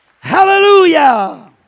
Hallelujah